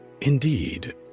Indeed